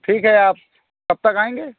ठीक है आप कब तक आएँगे